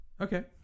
Okay